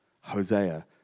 Hosea